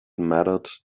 mattered